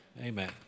Amen